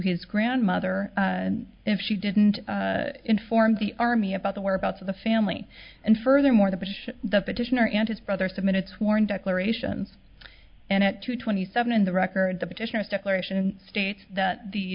his grandmother if she didn't inform the army about the whereabouts of the family and furthermore the british the petitioner and his brother submitted sworn declarations and at two twenty seven in the record the petitioners declaration states that the